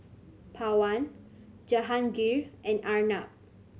Pawan Jehangirr and Arnab